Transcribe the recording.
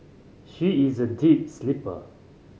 she is a deep sleeper